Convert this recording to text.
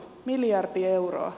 miljardi euroa